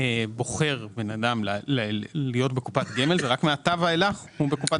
אם בן אדם בוחר להיות בקופת גמל ורק מעתה ואילך הוא בקופת